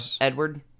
Edward